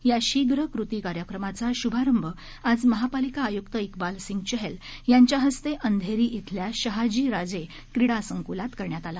या शीघ्र कृती कार्यक्रमाचा शुभारंभ आज महापालिका आयुक इकबाल सिंह चहल यांच्या हस्ते अंघेरी इथल्या शहाजी राजे क्रीडा संकुलात करण्यात आला